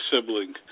sibling